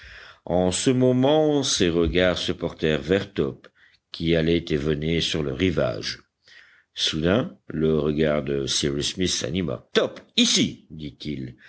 en ce moment ses regards se portèrent vers top qui allait et venait sur le rivage soudain le regard de cyrus smith s'anima top ici dit-il